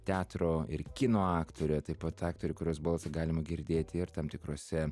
teatro ir kino aktorė taip pat aktorių kuriuos buvo galima girdėti ir tam tikruose